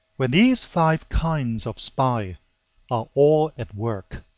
when these five kinds of spy are all at work,